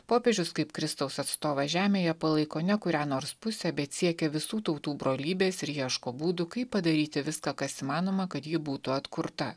popiežius kaip kristaus atstovas žemėje palaiko ne kurią nors pusę bet siekia visų tautų brolybės ir ieško būdų kaip padaryti viską kas įmanoma kad ji būtų atkurta